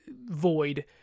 void